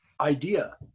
idea